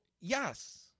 yes